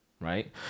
right